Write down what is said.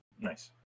Nice